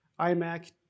iMac